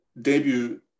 debut